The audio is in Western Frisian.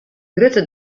grutte